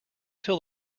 till